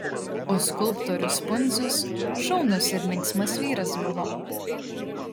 o skulptorius pundzius šaunus ir linksmas vyras buvo